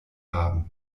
haben